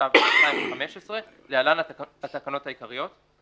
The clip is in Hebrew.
התשע"ו-2015 (להלן התקנות העיקריות)